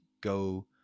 go